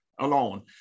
alone